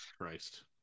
Christ